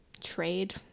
trade